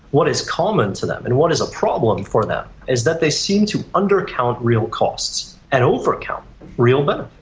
what is common to them and what is a problem for them, is that they seem to undercount real costs, and over count real but